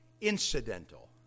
incidental